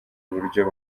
uburyo